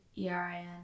erin